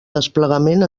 desplegament